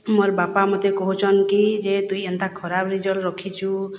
ମୋର ବାପା ମତେ କହୁଚନ୍ କି ଯେ ତୁଇ ଏନ୍ତା ଖରାପ୍ ରିଜଲ୍ଟ୍ ରଖିଚୁ